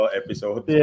episode